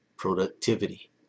Productivity